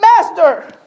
master